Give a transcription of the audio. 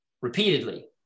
repeatedly